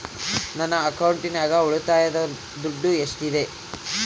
ನನ್ನ ಅಕೌಂಟಿನಾಗ ಉಳಿತಾಯದ ದುಡ್ಡು ಎಷ್ಟಿದೆ?